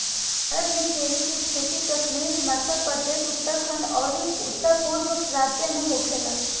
भारत में चेरी के खेती कश्मीर, हिमाचल प्रदेश, उत्तरखंड अउरी उत्तरपूरब राज्य में होखेला